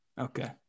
okay